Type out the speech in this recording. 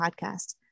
Podcast